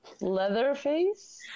Leatherface